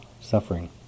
suffering